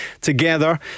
together